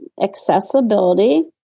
accessibility